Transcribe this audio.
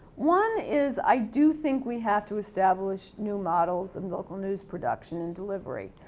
one is i do think we have to establish new models of local news production and delivery.